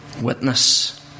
witness